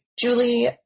Julie